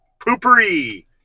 poopery